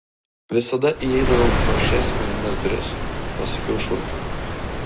visada įeidavau pro šias medines duris pasakiau šurfui